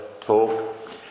talk